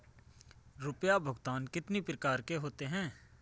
रुपया भुगतान कितनी प्रकार के होते हैं?